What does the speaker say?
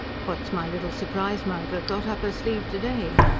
what's my little surprise-monger got up her sleeve to-day?